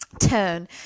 turn